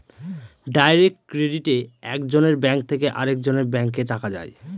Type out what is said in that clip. direct ক্রেডিটে এক জনের ব্যাঙ্ক থেকে আরেকজনের ব্যাঙ্কে টাকা যায়